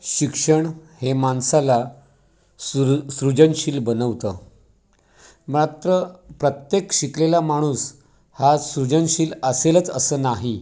शिक्षण हे माणसाला सूर सृजनशील बनवतं मात्र प्रत्येक शिकलेला माणूस हा सृजनशील असेलच असं नाही